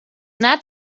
that